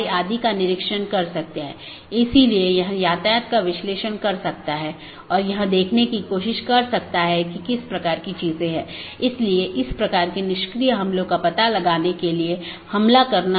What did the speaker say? यदि हम अलग अलग कार्यात्मकताओं को देखें तो BGP कनेक्शन की शुरुआत और पुष्टि करना एक कार्यात्मकता है